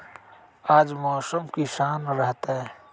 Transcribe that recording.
आज मौसम किसान रहतै?